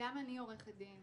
גם אני עורכת דין.